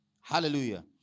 Hallelujah